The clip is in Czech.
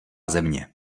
země